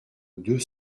deux